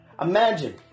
Imagine